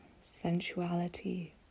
sensuality